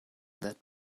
that